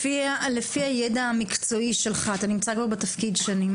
לפי הידע המקצועי שלך, אתה נמצא כבר בתפקיד שנים.